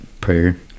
Prayer